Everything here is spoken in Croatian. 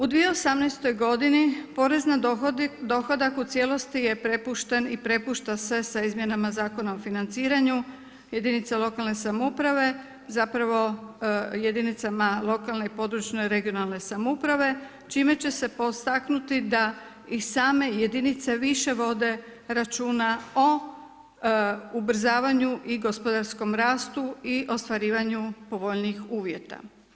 U 2018. godini porez na dohodak u cijelosti je prepušten i prepušta se sa izmjenama Zakona o financiranju jedinica lokalne samouprave zapravo jedinicama lokalne i područne (regionalne) samouprave čime će se potaknuti da i same jedinice više vode računa o ubrzavanju i gospodarskom rastu i ostvarivanju povoljnijih uvjeta.